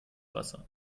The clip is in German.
wasser